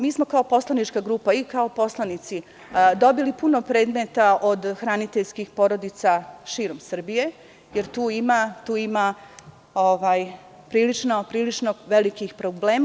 Mi smo kao poslanička grupa i kao poslanici dobili puno predmeta od hraniteljskih porodica širom Srbije, jer tu ima prilično velikih problema.